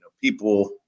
people